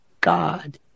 God